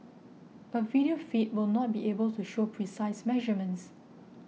a video feed will not be able to show precise measurements